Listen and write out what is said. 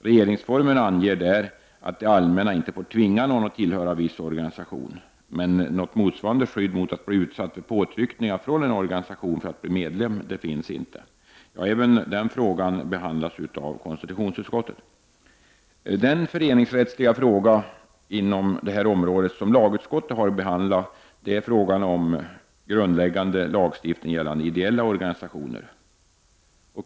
Regeringsformen anger att det allmänna inte får tvinga någon att tillhöra viss organisation, men något motsvarande skydd mot att bli utsatt för påtryckningar från en organisation för att bli medlem finns inte. Även den frågan behandlas av konstitutionsutskottet. Den föreningsrättsliga fråga inom detta område som lagutskottet har att behandla är behovet av grundläggande lagstiftning gällande ideella organisationer.